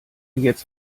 jetzt